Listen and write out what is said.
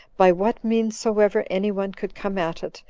by what means soever any one could come at it,